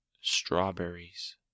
strawberries